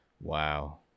wow